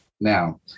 Now